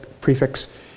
prefix